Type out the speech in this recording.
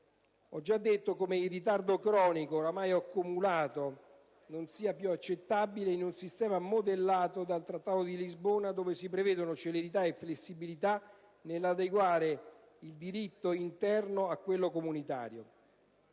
Ho già detto come il ritardo cronico ormai accumulato non sia più accettabile in un sistema modellato dal Trattato di Lisbona dove si prevedono celerità e flessibilità nell'adeguare il diritto interno a quello comunitario.